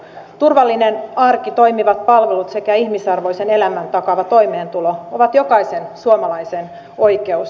turvallinen arki toimivat palvelut sekä ihmisarvoisen elämän takaava toimeentulo ovat jokaisen suomalaisen oikeus